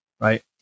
right